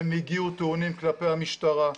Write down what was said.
הם הגיעו טעונים כלפי המשטרה.